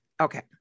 Okay